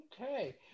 okay